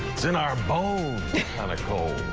it's in our bones kind of cold.